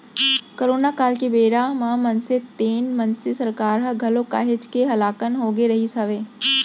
corona काल के बेरा म मनसे तेन मनसे सरकार ह घलौ काहेच के हलाकान होगे रिहिस हवय